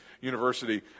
University